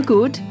Good